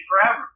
forever